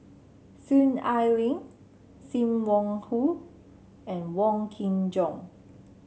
Soon Ai Ling Sim Wong Hoo and Wong Kin Jong